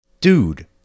Dude